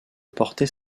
porter